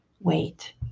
wait